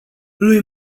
lui